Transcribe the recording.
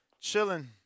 Chilling